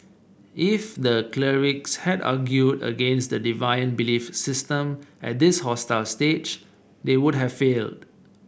if the clerics had argued against the deviant belief system at this hostile stage they would have failed